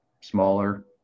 smaller